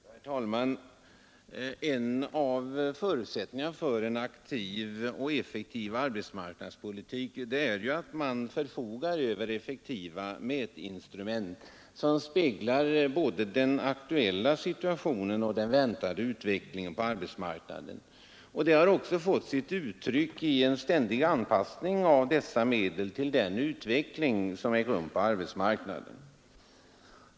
Herr talman! En av förutsättningarna för en aktiv och effektiv arbetsmarknadspolitik är ju att man förfogar över mätinstrument, som speglar både den aktuella situationen och den väntade utvecklingen på arbetsmarknaden. Detta har också fått sitt uttryck i en ständig anpassning av dessa medel till den utveckling som ägt rum på arbetsmarknaden.